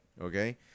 Okay